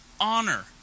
honor